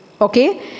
Okay